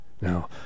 now